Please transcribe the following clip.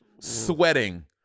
sweating